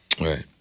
Right